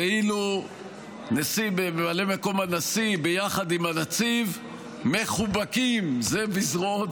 ואילו ממלא מקום הנשיא יחד עם הנציב מחובקים זה בזרועות